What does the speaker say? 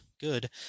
good